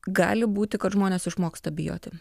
gali būti kad žmonės išmoksta bijoti